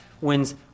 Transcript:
wins